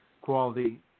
Quality